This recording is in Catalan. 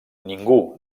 ningú